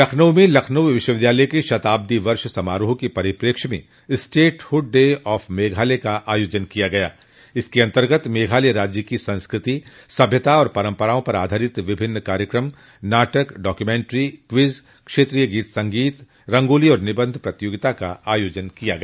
लखनऊ में लखनऊ विश्वविद्यालय के शताब्दी वर्ष समारोह के परिपेक्ष्य में statehood day of Meghalaya का आयोजन किया गया जिसके अन्तर्गत मेघालय राज्य की संस्कृति सभ्यता और परम्पराओं पर आधारित विभिन्न कार्यकम नाटक डॉक्यूमेंट्री क्विज क्षेत्रीय गीत संगीत रंगोली तथा निबंध प्रतियोगिता का आयोजन किया गया